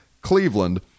Cleveland